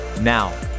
Now